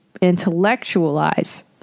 intellectualize